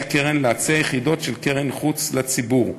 קרן להציע יחידות של קרן חוץ לציבור,